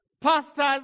Pastors